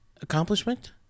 accomplishment